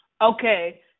Okay